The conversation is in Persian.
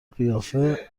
قیافه